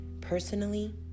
personally